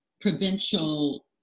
provincial